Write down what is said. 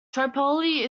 tripoli